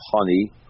honey